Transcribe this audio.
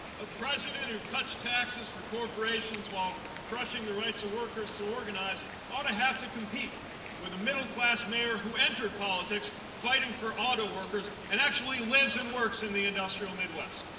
a president who cuts taxes for corporations while crushing the rights workers to organize ought to have to compete with the middle-class mayor who entered politics fighting for autoworkers and actually lives and works in the industrial midwest.